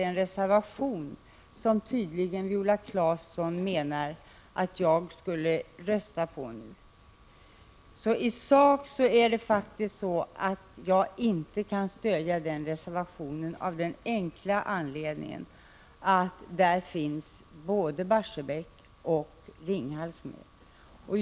Den reservation som Viola Claesson tydligen menar att jag skall rösta för kan jag i sak faktiskt inte stödja av den enkla anledningen att den omfattar både Barsebäck och Ringhals.